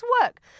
work